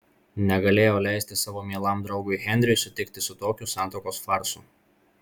negalėjau leisti savo mielam draugui henriui sutikti su tokiu santuokos farsu